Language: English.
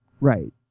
Right